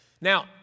Now